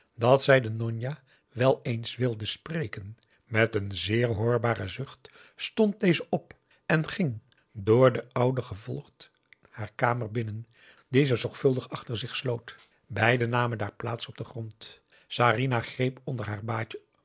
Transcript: dat zij de njonjah wel eens wilde spreken met een zeer hoorbaren zucht stond deze op en ging door de oude gevolgd haar kamer binnen die ze zorgvuldig achter zich sloot beiden namen daar plaats op den grond sarinah greep onder haar